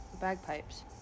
bagpipes